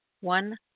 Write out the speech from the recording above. One